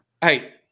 Hey